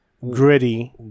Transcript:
gritty